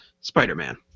Spider-Man